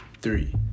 three